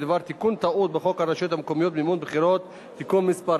בדבר תיקון טעות בחוק הרשויות המקומיות (מימון בחירות) (תיקון מס'